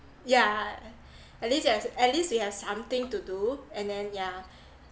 yeah at least we have at least we have something to do and then yeah